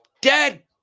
Dead